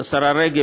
השרה רגב,